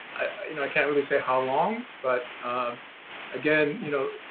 you know i can't really say how long, but again, you know,